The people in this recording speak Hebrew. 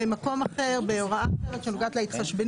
במקום "העבודה הרווחה והבריאות"